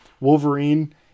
Wolverine